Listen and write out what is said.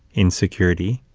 insecurity,